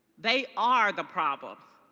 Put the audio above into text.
they are the problems.